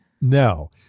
No